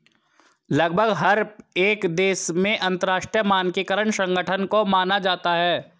लगभग हर एक देश में अंतरराष्ट्रीय मानकीकरण संगठन को माना जाता है